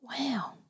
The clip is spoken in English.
Wow